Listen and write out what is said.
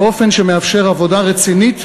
באופן שמאפשר עבודה רצינית,